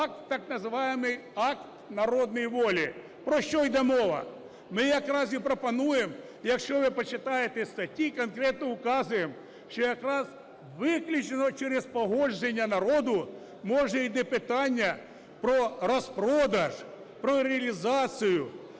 акт, так званий акт народної волі. Про що йде мова? Ми якраз і пропонуємо, якщо ви почитаєте статті, конкретно вказуємо, що якраз виключно через погодження народу може йти питання про розпродаж, про реалізацію